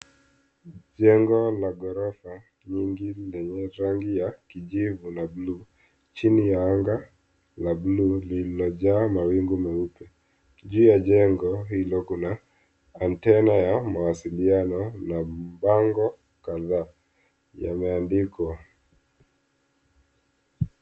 Jengo la ghorofa nyingi lenye rangi ya kijivu na buluu chini ya anga la buluu lililojaa mawingu meupe, juu ya jengo hilo kuna antena ya mawasiliano na bango kadhaa yameandikwa.